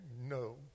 No